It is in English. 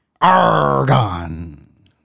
Argon